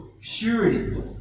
purity